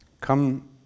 Come